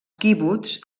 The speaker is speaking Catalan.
quibuts